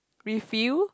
refill